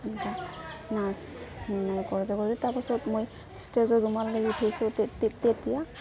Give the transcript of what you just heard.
তাত নাচ মই মানে কৰোঁতে কৰোঁতে তাৰপাছত মই ষ্টেজত ৰুমাল লৈ উঠি গৈছোঁ তেতিয়া